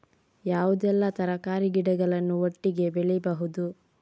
ಯಾವುದೆಲ್ಲ ತರಕಾರಿ ಗಿಡಗಳನ್ನು ಒಟ್ಟಿಗೆ ಬೆಳಿಬಹುದು?